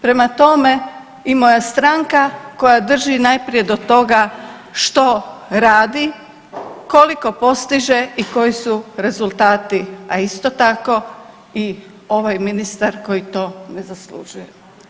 Prema tome, i moja stranka koja drži najprije do toga što radi, koliko postiže i koji su rezultati, a isto tako i ovaj ministar koji to ne zaslužuje.